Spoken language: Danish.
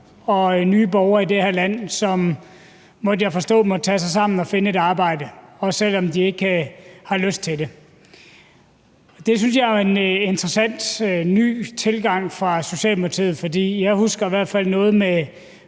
og nye borgere i det her land, som, måtte jeg forstå, måtte tage sig sammen og finde et arbejde, også selv om de ikke har lyst til det. Det synes jeg jo er en interessant ny tilgang fra Socialdemokratiet, for jeg husker i hvert fald noget med